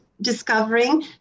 discovering